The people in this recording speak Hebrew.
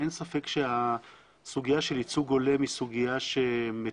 אין ספק שהסוגיה של ייצוג הולם היא סוגיה שמטופלת,